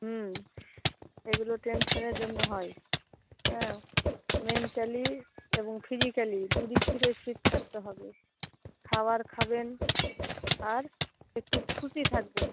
হুম এগুলো টেনশনের জন্য হয় হ্যাঁ মেন্টালি এবং ফিজিক্যালি দু দিক থেকেই ফিট থাকতে হবে খাবার খাবেন আর একটু খুশি থাকবেন